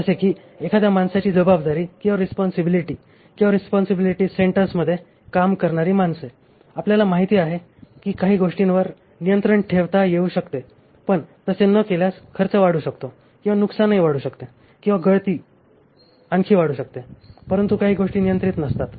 जसे की एखाद्या माणसाची जबाबदारी किंवा रिस्पॉन्सिबिलिटी सेंटर्समध्ये काम करणारी माणसे आपल्याला माहिती आहे कि काही गोष्टींवर नियंत्रण ठेवता येऊ शकते पण तसे ना केल्यास खर्च वाढू शकतो किंवा नुकसान वाढू शकते किंवा गळती आणखी वाढू शकते परंतु काही गोष्टी नियंत्रित नसतात